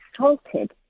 assaulted